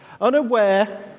unaware